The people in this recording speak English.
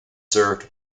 served